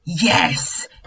Yes